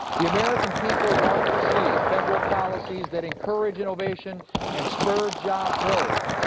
the american people want to see federal policies that encourage innovation and spur job growth.